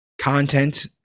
content